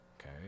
okay